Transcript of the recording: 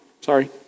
sorry